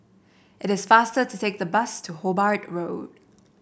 it is faster to take the bus to Hobart Road